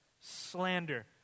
slander